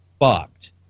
fucked